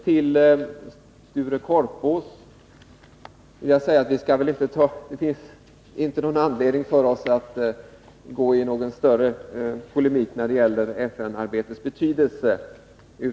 Till Sture Korpås: Det finns väl inte någon anledning för oss att gå in i större polemik när det gäller FN-arbetets betydelse.